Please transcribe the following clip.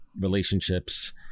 relationships